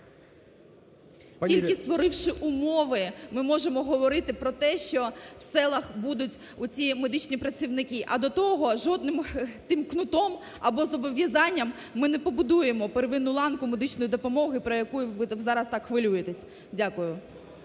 Тільки створивши умови ми можемо говорити про те, що в селах будуть оці медичні працівники, а до того, жодним тим кнутом або зобов'язанням ми не побудуємо первинну ланку медичної допомоги, про яку ви зараз так хвилюєтесь. Дякую.